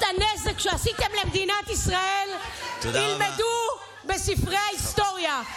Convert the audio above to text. את הנזק שעשיתם למדינת ישראל ילמדו בספרי ההיסטוריה.